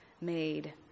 made